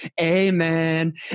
Amen